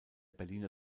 berliner